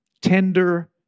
tender